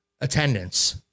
attendance